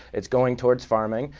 it's going towards farming.